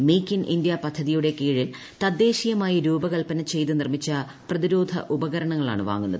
മേയ്ക്ക് in India പദ്ധതിയുടെ കീഴിൽ തദ്ദേശീയമായി രൂപകല്പന ചെയ്ത് നിർമ്മിച്ച പ്രതിരോധ ഉപകരണ്ങ്ങളാണ് വാങ്ങുന്നത്